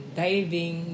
diving